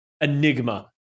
enigma